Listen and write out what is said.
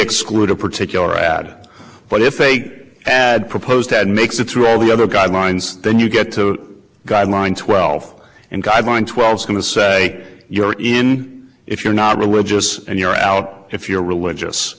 exclude a particular ad but if eight proposed that makes it through all the other guidelines then you get to guideline twelve and guideline twelve is going to say you're in if you're not religious and you're out if you're religious